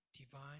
divine